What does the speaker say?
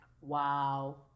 Wow